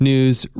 news